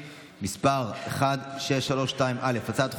שמונה בעד, אין מתנגדים, אין נמנעים.